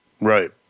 Right